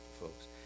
folks